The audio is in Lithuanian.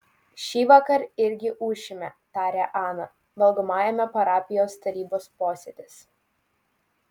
šįvakar irgi ūšime tarė ana valgomajame parapijos tarybos posėdis